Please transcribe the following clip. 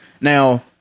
Now